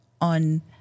on